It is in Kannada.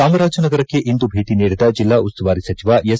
ಚಾಮರಾಜನಗರಕ್ಕೆ ಇಂದು ಭೇಟಿ ನೀಡಿದ ಜಿಲ್ಲಾ ಉಸ್ತುವಾರಿ ಸಚಿವ ಎಸ್